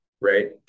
right